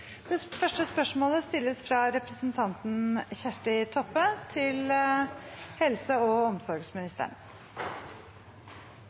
fra representanten Ingvild Kjerkol til helse- og